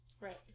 right